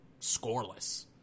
scoreless